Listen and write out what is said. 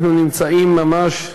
אנחנו נמצאים ממש,